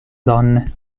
donne